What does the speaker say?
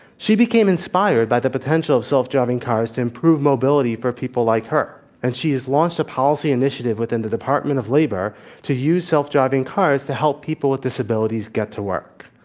she became inspired by the potential of self-driving cars to improve mobility for people like her and she has launched a policy initiative within the department of labor to use self-driving cars to help people with disabilities get to work.